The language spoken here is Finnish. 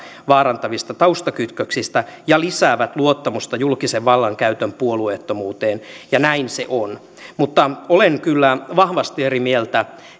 vaarantavista taustakytköksistä ja lisäävät luottamusta julkisen vallankäytön puolueettomuuteen näin se on mutta olen kyllä vahvasti eri mieltä